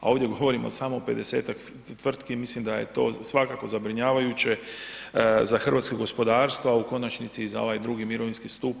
A ovdje govorimo samo 50-ak tvrtki i mislim da je to svakako zabrinjavajuće za hrvatsko gospodarstvo, a u konačnici i za ovaj drugi mirovinski stup.